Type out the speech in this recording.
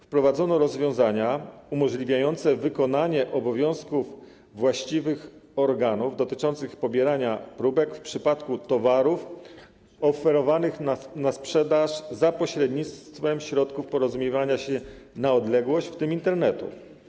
Wprowadzono rozwiązania umożliwiające wykonanie obowiązków właściwych organów dotyczących pobierania próbek w przypadku towarów oferowanych na sprzedaż za pośrednictwem środków porozumiewania się na odległość, w tym Internetu.